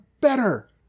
better